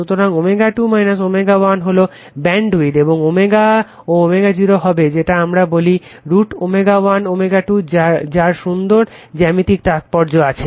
সুতরাং ω2 ω 1 হলো ব্যাণ্ডউইড এবং ω ও ω0 হবে যেটা আমরা বলি √ ω 1 ω2 যার সুন্দর জামিতিক তাৎপর্য আছে